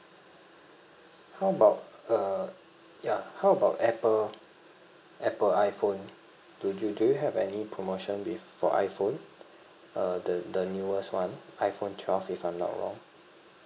how about err ya how about apple apple iphone do you do you have any promotion with for iphone uh the the newest one iphone twelve if I'm not wrong